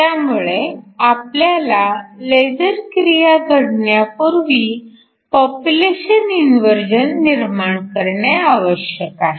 त्यामुळे आपल्याला लेझर क्रिया घडण्यापूर्वी पॉप्युलेशन इन्व्हर्जन निर्माण करणे आवश्यक आहे